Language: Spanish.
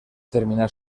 terminar